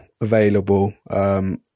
available